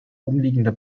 umliegende